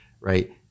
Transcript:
right